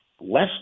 less